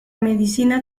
medicina